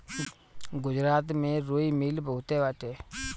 गुजरात में रुई मिल बहुते बाटे